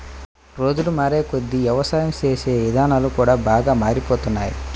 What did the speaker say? రోజులు మారేకొద్దీ యవసాయం చేసే ఇదానాలు కూడా బాగా మారిపోతున్నాయ్